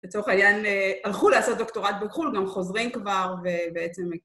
לצורך העניין הלכו לעשות דוקטורט בחו"ל, גם חוזרים כבר ובעצם...